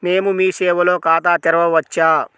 మేము మీ సేవలో ఖాతా తెరవవచ్చా?